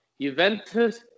Juventus